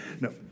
No